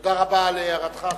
תודה רבה על הערתך החשובה,